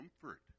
comfort